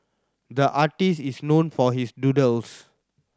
the artist is known for his doodles